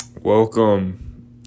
Welcome